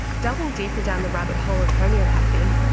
delving deeper down the rabbit hole of homeopathy,